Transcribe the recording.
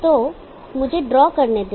तो मुझे ड्रॉ करने दें